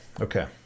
okay